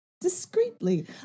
discreetly